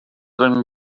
and